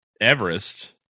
Everest